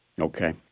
Okay